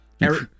Eric